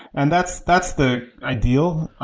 and that's that's the ideal.